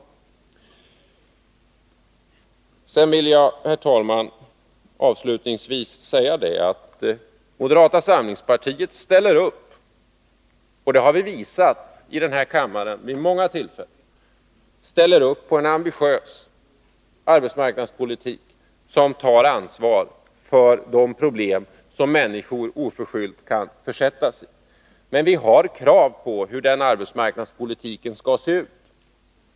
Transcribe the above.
Avslutningsvis, herr talman, vill jag säga att moderata samlingspartiet — och det har vi visat i denna kammare vid många tillfällen — ställer upp på en ambitiös arbetsmarknadspolitik, som tar ansvar för de problem som människor oförskyllt kan försättas i. Men vi har krav på hur arbetsmarknadspolitiken skall se ut.